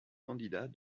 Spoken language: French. candidat